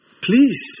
please